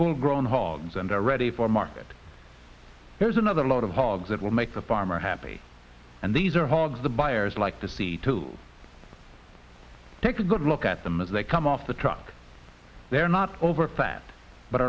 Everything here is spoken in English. full grown hogs and are ready for market here's another load of hogs that will make the farmer happy and these are hogs the buyers like to see to take a good look at them as they come off the truck they are not over fat but